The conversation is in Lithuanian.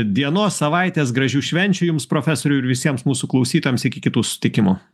dienos savaitės gražių švenčių jums profesoriau ir visiems mūsų klausytojams iki kitų susitikimų